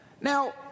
Now